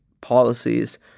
policies